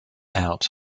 out